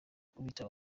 gukubita